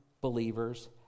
believers